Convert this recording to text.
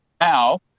now